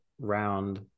round